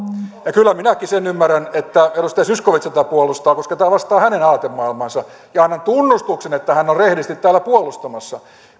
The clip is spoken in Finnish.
kyllä minäkin sen ymmärrän että edustaja zyskowicz tätä puolustaa koska tämä vastaa hänen aatemaailmaansa ja annan tunnustuksen että hän on rehdisti täällä puolustamassa